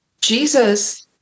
Jesus